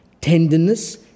tenderness